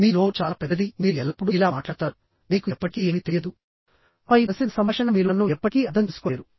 మీ నోరు చాలా పెద్దది మీరు ఎల్లప్పుడూ ఇలా మాట్లాడతారు మీకు ఎప్పటికీ ఏమీ తెలియదు ఆపై ప్రసిద్ధ సంభాషణః మీరు నన్ను ఎప్పటికీ అర్థం చేసుకోలేరు